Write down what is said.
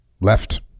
left